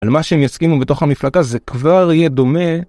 על מה שהם יסכימו בתוך המפלגה זה כבר יהיה דומה